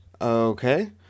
Okay